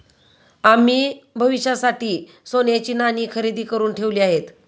आम्ही भविष्यासाठी सोन्याची नाणी खरेदी करुन ठेवली आहेत